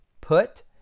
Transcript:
put